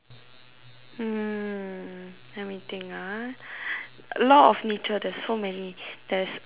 mm let me think ah law of nature there's so many there's